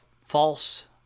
false